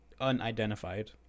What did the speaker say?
unidentified